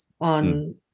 on